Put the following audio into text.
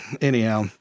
anyhow